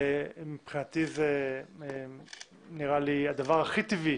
וזה נראה לי הדבר הכי טבעי